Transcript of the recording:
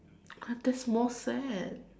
what that's more sad